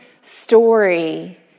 story